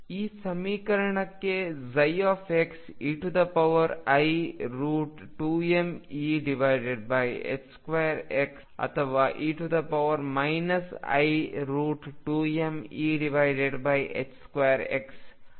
ಈ ಸಮೀಕರಣಕ್ಕೆ ψ ei2mE2x ಅಥವಾ e i2mE2x ಆಗಿರುತ್ತದೆ ಎಂಬುದು ಸ್ಪಷ್ಟವಾಗಿದೆ